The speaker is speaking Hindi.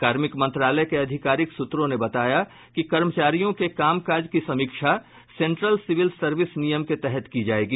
कार्मिक मंत्रालय के आधिकारीक सुत्रों ने बताया कि कर्मचारियों के काम काज की समीक्षा सेन्ट्रल सिविल सर्विस नियम के तहत की जायेगी